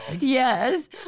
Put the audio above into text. Yes